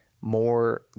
more